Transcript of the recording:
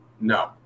no